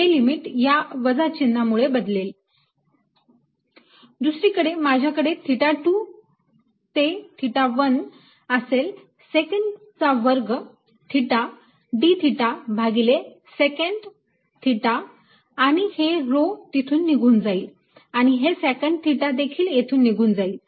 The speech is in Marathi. हे लिमिट या वजा चिन्हामुळे बदलेल दुसरीकडे माझ्याकडे थिटा 2 ते थिटा 1 असेल सेकॅन्ट चा वर्ग थिटा d थिटा भागिले सेकॅन्ट थिटा आणि हे rho तिथून निघून जाईल आणि हे सेकॅन्ट थिटा देखील येथून जाईल